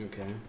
Okay